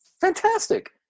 fantastic